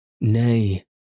Nay